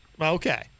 Okay